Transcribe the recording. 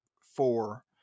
Four